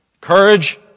Courage